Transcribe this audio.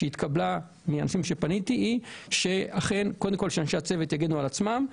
שהתקבלה מאנשים אליהם פניתי היא שאכן קודם אנשי הצוות יגנו על עצמם,